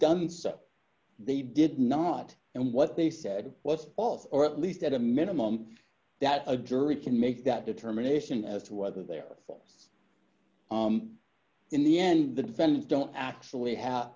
done so they did not and what they said was false or at least at a minimum that a jury can make that determination as to whether they are false in the end the defendants don't actually have